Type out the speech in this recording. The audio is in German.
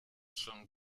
schon